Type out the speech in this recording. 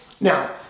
Now